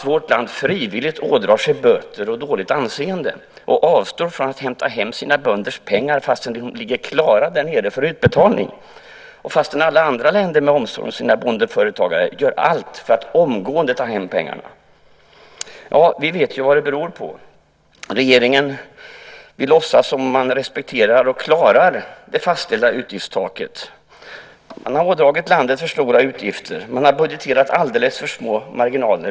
Vårt land ådrar sig frivilligt böter och dåligt anseende och avstår från att hämta hem sina bönders pengar trots att de ligger klara där nere för utbetalning, detta trots att alla andra länder med omsorg om sina bondeföretagare gör allt för att omgående ta hem pengarna. Vi vet vad det beror på. Regeringen vill låtsas som om man respekterar och klarar det fastställda utgiftstaket. Man har ådragit landet för stora utgifter, och man har budgeterat alldeles för små marginaler.